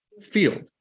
field